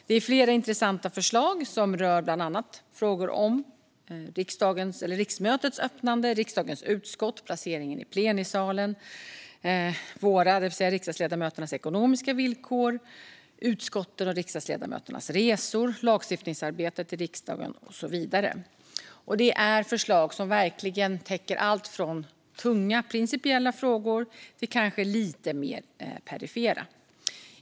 Det är flera intressanta förslag som rör bland annat riksmötets öppnande, riksdagens utskott, placeringen i plenisalen, riksdagsledamöternas ekonomiska villkor, utskottens och riksdagsledamöternas resor och lagstiftningsarbetet i riksdagen. Det är förslag som verkligen täcker alltifrån tunga, principiella frågor till kanske lite mer perifera.